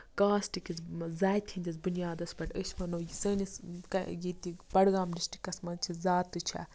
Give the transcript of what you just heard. کاسٹہٕ کِس یا زاتہِ ہِندِس بُنیادَس پٮ۪ٹھ أسۍ وَنو یہِ سٲنِس ییٚتہِ بڈگام ڈِسٹرکَس منٛز چھِ زیادٕ تہِ چھِ